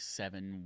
seven